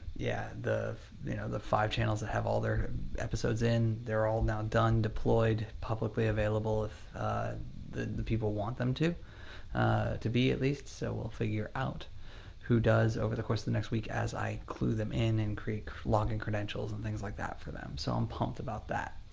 yeah, the the you know five channels that have all their episodes in, they're all now done, deployed, publicly available if the the people want them to to be, at least. so, we'll figure out who does over the course of the next week as i clue them in and create login credentials and things like that for them. so, i'm pumped about that.